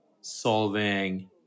solving